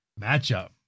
matchup